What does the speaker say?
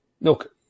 look